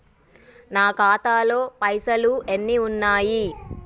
నా ఖాతాలో పైసలు ఎన్ని ఉన్నాయి?